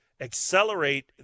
accelerate